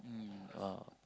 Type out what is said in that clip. mm !wow!